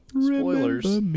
Spoilers